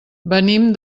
venim